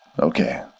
Okay